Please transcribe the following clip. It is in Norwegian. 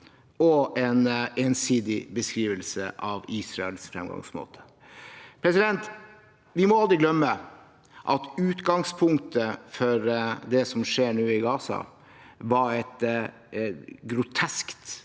med en ensidig beskrivelse av Israels fremgangsmåte. Vi må aldri glemme at utgangspunktet for det som skjer i Gaza nå, var et grotesk